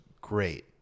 great